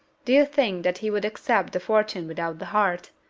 do you think that he would accept the fortune without the heart?